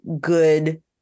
good